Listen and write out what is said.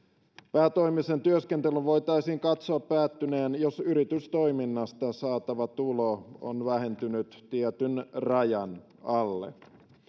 päätoimisen työskentelyn voitaisiin katsoa päättyneen jos yritystoiminnasta saatava tulo on vähentynyt tietyn rajan alle